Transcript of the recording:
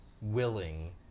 willing